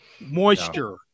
Moisture